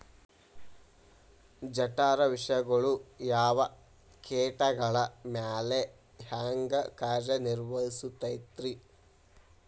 ಜಠರ ವಿಷಗಳು ಯಾವ ಕೇಟಗಳ ಮ್ಯಾಲೆ ಹ್ಯಾಂಗ ಕಾರ್ಯ ನಿರ್ವಹಿಸತೈತ್ರಿ?